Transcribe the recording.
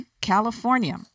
California